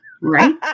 right